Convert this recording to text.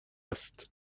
است